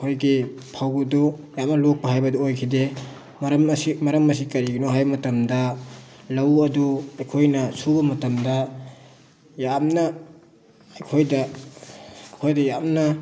ꯑꯩꯈꯣꯏꯒꯤ ꯐꯧꯗꯨ ꯌꯥꯝꯅ ꯂꯣꯛꯄ ꯍꯥꯏꯕꯗꯨ ꯑꯣꯏꯈꯤꯗꯦ ꯃꯔꯝ ꯑꯁꯤ ꯀꯔꯤꯒꯤꯅꯣ ꯍꯥꯏꯕ ꯃꯇꯝꯗ ꯂꯧ ꯑꯗꯨ ꯑꯩꯈꯣꯏꯅ ꯁꯨꯕ ꯃꯇꯝꯗ ꯌꯥꯝꯅ ꯑꯩꯈꯣꯏꯗ ꯑꯩꯈꯣꯏꯗ ꯌꯥꯝꯅ